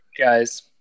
guys